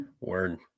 Word